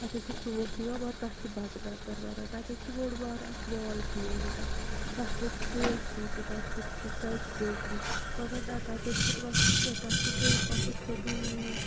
تَتِؠن چھُ ژُوتھ یِوان مگر تَتھ چھِ بَٹہٕ ناکَر وَنان تَتؠتھ چھُ بوٚڑ بارٕ اَکھ مال کھُلیومُت تَتھ منٛز چھُ کے ایٚف سِی تہِ تَتہِ چھِ سُہ فَریٚنٛچ بیکرِی مگر نَہ تَتٮ۪ن چھُنہٕ وَسُن کیٚنٛہہ تۄہہِ چھُو بیٚیہِ پَکُن سیٚودُے